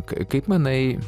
kaip manai